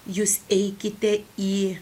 jūs eikite į